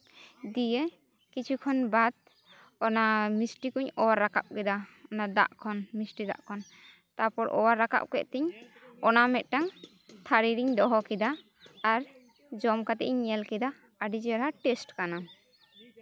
ᱫᱤᱭᱮ ᱠᱤᱪᱷᱩ ᱠᱷᱚᱱ ᱵᱟᱫᱽ ᱚᱱᱟ ᱢᱤᱥᱴᱤ ᱠᱚᱧ ᱚᱣᱟᱨ ᱨᱟᱠᱟᱵ ᱠᱮᱫᱟ ᱚᱱᱟ ᱫᱟᱜ ᱠᱷᱚᱱ ᱢᱤᱥᱴᱤ ᱫᱟᱜ ᱠᱷᱚᱱ ᱛᱟᱨᱯᱚᱨ ᱚᱣᱟᱨ ᱨᱟᱠᱟᱵ ᱠᱮᱫ ᱛᱤᱧ ᱚᱱᱟ ᱢᱤᱫᱴᱟᱱ ᱛᱷᱟᱹᱨᱤ ᱨᱮᱧ ᱫᱚᱦᱚ ᱠᱮᱫᱟ ᱟᱨ ᱡᱚᱢ ᱠᱟᱛᱮᱫ ᱤᱧ ᱧᱮᱞ ᱠᱮᱫᱟ ᱟᱹᱰᱤ ᱪᱮᱦᱨᱟ ᱴᱮᱥᱴ ᱠᱟᱱᱟ